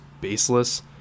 baseless